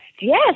yes